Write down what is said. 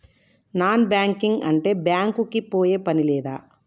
Non banking అంటే bank కి పోయే పని లేదా?